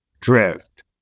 Drift